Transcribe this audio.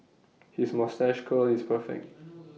his moustache curl is perfect